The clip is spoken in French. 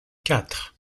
quatre